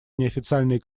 неофициальные